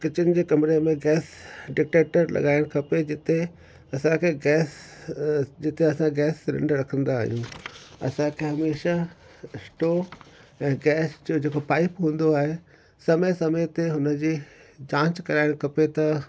kitchen जे कमरे में गैस डिटेक्टर लॻाइणु खपे जिते असांखे गैस असांखे गैस सिलेंडर रखंदा आहियूं असांखे हमेशह स्टोव गैस जो जेको पाइप हूंदो आहे समय समय ते हुन जी जांच कराइणु खपे त